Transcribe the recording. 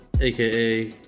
AKA